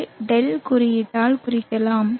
இதை δ குறியீட்டால் குறிக்கிறோம்